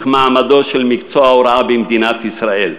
מעמדו של מקצוע ההוראה במדינת ישראל.